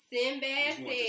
Sinbad